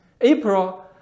April